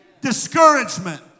discouragement